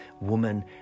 woman